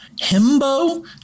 himbo